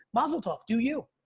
mazel tov to you.